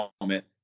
moment